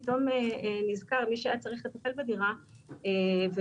פתאום נזכר מי שהיה צריך לטפל בדירה ובא